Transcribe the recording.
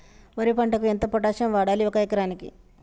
వరి పంటకు ఎంత పొటాషియం వాడాలి ఒక ఎకరానికి?